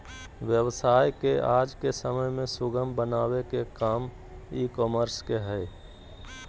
व्यवसाय के आज के समय में सुगम बनावे के काम ई कॉमर्स के हय